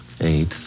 Eight